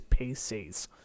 PCs